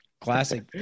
Classic